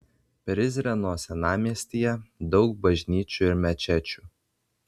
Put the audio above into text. prizreno senamiestyje daug bažnyčių ir mečečių